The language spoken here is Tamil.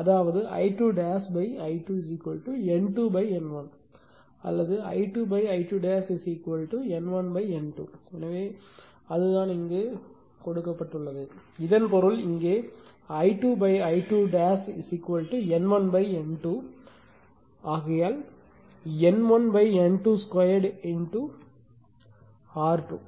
அதாவது I2 I2 N2 N1 அல்லது I2 I2 N1 N2 எனவே அது தான் இங்கு எழுதப்பட்டுள்ளது இதன் பொருள் இங்கே I2 I2 N1 N2 ஆகையால் N1 N2 2 R2